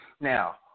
Now